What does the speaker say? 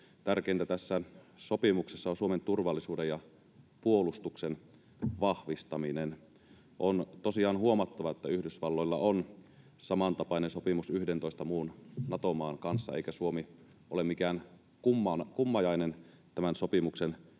tärkeintä tässä sopimuksessa on Suomen turvallisuuden ja puolustuksen vahvistaminen. On tosiaan huomattava, että Yhdysvalloilla on samantapainen sopimus 11 muun Nato-maan kanssa, eikä Suomi ole mikään kummajainen tämän sopimuksen